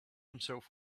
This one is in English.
himself